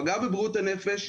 פגעה בבריאות הנפש.